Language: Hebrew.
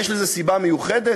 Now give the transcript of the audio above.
יש לזה סיבה מיוחדת?